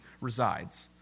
resides